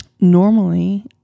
normally